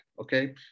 okay